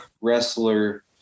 wrestler